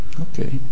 okay